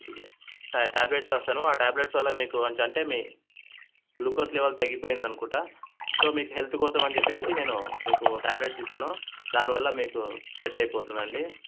ఎ టా ట్యాబ్లెట్స్ రాస్తాను ఆ ట్యాబ్లెట్స్ వల్ల మీకు అంటే అంటే మీ గ్లూకోస్ లెవెల్ తగ్గిపోయింది అనుకుంటా సో మీకు హెల్త్ కోసమని చెప్పేసి నేను మీకు ట్యాబ్లెట్స్ ఇస్తాను దానివల్ల మీకు సెట్ అయిపోతుందండి